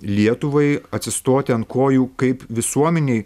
lietuvai atsistoti ant kojų kaip visuomenei